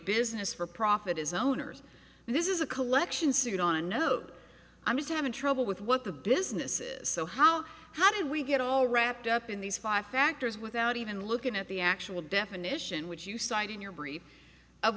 business for profit is owners and this is a collection suit on no i'm just having trouble with what the business is so how how do we get all wrapped up in these five factors without even looking at the actual definition which you cite in your brief of